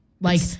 Like-